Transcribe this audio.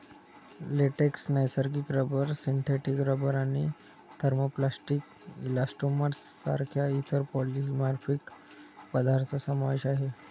latex, नैसर्गिक rubber, synthetic rubber आणि thermoplastic elastomers सारख्या इतर पॉलिमरिक पदार्थ समावेश आहे